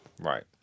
Right